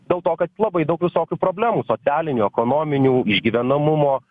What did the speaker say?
dėl to kad labai daug visokių problemų socialinių ekonominių išgyvenamumo